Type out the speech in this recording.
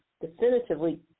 definitively